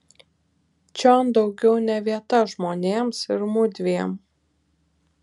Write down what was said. čion daugiau ne vieta žmonėms ir mudviem